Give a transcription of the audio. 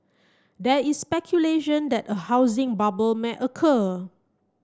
there is speculation that a housing bubble may occur